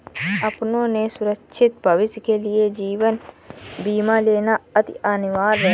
अपनों के सुरक्षित भविष्य के लिए जीवन बीमा लेना अति अनिवार्य है